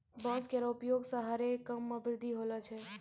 बांस केरो उपयोग सें हरे काम मे वृद्धि होलो छै